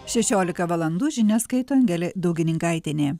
šešiolika valandų žinias skaito angelė daugininkaitienė